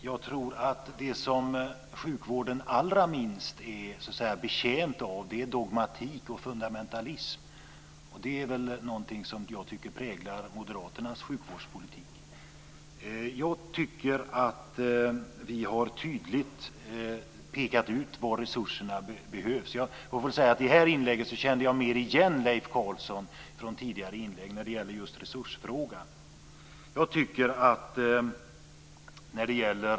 Fru talman! Det som sjukvården är allra minst betjänt av är dogmatism och fundamentalism. Det är något som präglar moderaternas sjukvårdspolitik. Vi har tydligt pekat ut var resurserna behövs. I detta inlägg kände jag igen Leif Carlson från tidigare inlägg i resursfrågan.